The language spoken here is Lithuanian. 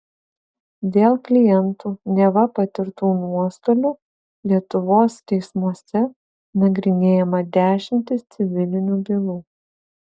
dėl klientų neva patirtų nuostolių lietuvos teismuose nagrinėjama dešimtys civilinių bylų